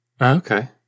Okay